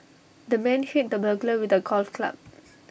the man hit the burglar with A golf club